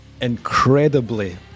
incredibly